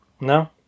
No